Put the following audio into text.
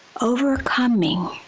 overcoming